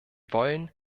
wollen